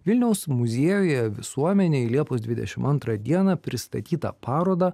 vilniaus muziejuje visuomenei liepos dvidešim antrą dieną pristatytą parodą